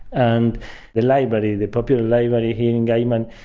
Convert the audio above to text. and the library, the popular library here in gaiman,